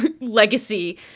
legacy